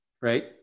right